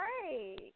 great